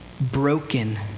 broken